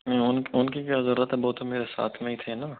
नहीं उनकी उनकी क्या ज़रूरत है वो तो मेरे साथ में ही थे न